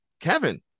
Kevin